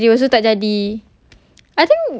macam benda jadi pun tak jadi